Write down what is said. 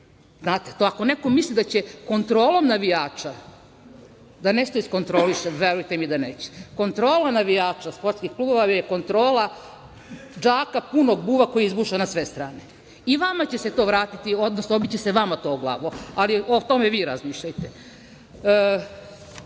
klubove. Ako neko misli da će kontrolom navijača da nešto iskontroliše, verujte mi da neće. Kontrola navijača sportskih klubova je kontrola džaka punog buva koji je izbušen na sve strane. I vama će se to vratiti, odnosno obiće se to vama o glavu. Ali, o tome vi razmišljajte. Ima